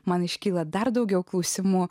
man iškyla dar daugiau klausimų